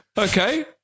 Okay